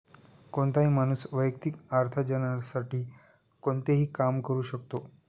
कोणताही माणूस वैयक्तिक अर्थार्जनासाठी कोणतेही काम करू शकतो